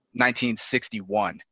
1961